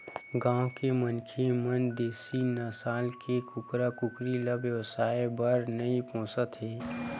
गाँव के मनखे मन देसी नसल के कुकरा कुकरी ल बेवसाय बर नइ पोसत हे